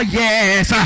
yes